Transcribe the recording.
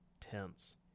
tense